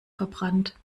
verbrannt